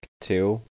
two